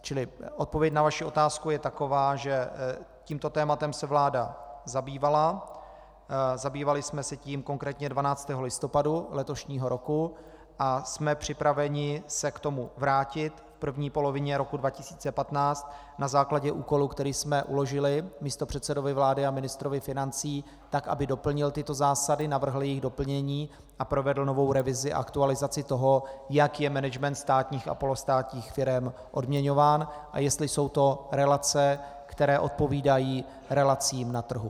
Čili odpověď na vaši otázku je taková, že tímto tématem se vláda zabývala, zabývali jsme se tím konkrétně 12. listopadu letošního roku, a jsme připraveni se k tomu vrátit v první polovině roku 2015 na základě úkolu, který jsme uložili místopředsedovi vlády a ministrovi financí, aby doplnil tyto zásady, navrhl jejich doplnění a provedl novou revizi a aktualizaci toho, jak je management státních a polostátních firem odměňován a jestli jsou to relace, které odpovídají relacím na trhu.